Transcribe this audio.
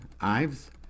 Ives